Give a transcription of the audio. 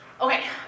Okay